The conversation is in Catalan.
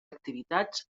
activitats